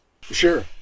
sure